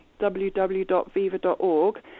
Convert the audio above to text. www.viva.org